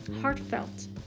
heartfelt